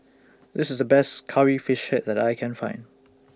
This IS The Best Curry Fish Head that I Can Find